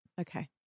Okay